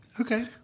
okay